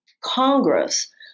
Congress